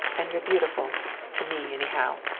and you're beautiful to me, anyhow.